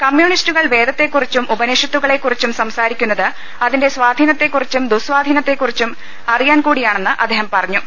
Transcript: കമ്യൂണിസ്റ്റുകൾ പ്പേദത്തെ കുറിച്ചും ഉപനിഷത്തുക്കളെക്കുറിച്ചും സൃസാരിക്കുന്നത് അതിന്റെ സ്വാധീനത്തെക്കുറിച്ചും ദുഃസ്വാധീനത്തെക്കുറിച്ചും അറിയാൻ കൂടിയാണെന്ന് അദ്ദേഹം പറഞ്ഞു